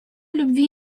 любви